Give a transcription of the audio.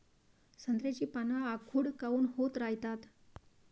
संत्र्याची पान आखूड काऊन होत रायतात?